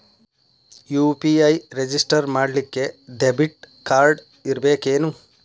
UPI register ಮಾಡ್ಲಿಕ್ಕೆ debit card ಇರ್ಬೇಕೇನು?